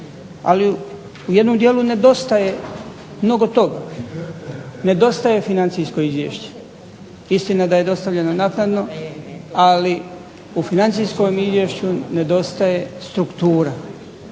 Ali u jednom dijelu nedostaje mnogo toga. Nedostaje financijsko izvješće. Istina da je dostavljeno naknadno, ali u financijskom izvješću nedostaje struktura